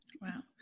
wow